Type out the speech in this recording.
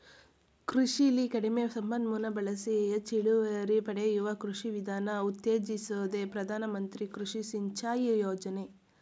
ಕೃಷಿಲಿ ಕಡಿಮೆ ಸಂಪನ್ಮೂಲ ಬಳಸಿ ಹೆಚ್ ಇಳುವರಿ ಪಡೆಯುವ ಕೃಷಿ ವಿಧಾನ ಉತ್ತೇಜಿಸೋದೆ ಪ್ರಧಾನ ಮಂತ್ರಿ ಕೃಷಿ ಸಿಂಚಾಯಿ ಯೋಜನೆ